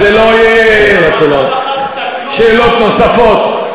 זה לא יהיה עם שאלות נוספות.